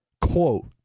quote